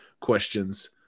questions